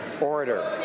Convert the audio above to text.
Order